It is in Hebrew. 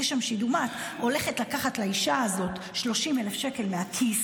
אם את הולכת לקחת לאישה הזאת 30,000 שקל מהכיס,